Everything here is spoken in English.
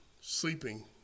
sleeping